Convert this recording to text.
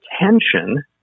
attention